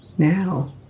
Now